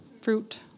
Fruit